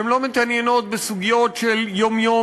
שהן לא מתעניינות בסוגיות של יום-יום